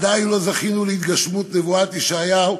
עדיין לא זכינו להתגשמות נבואת ישעיהו: